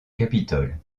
capitole